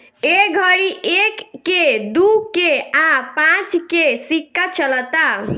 ए घड़ी एक के, दू के आ पांच के सिक्का चलता